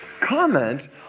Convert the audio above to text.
comment